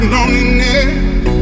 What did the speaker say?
Loneliness